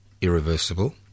irreversible